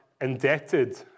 indebted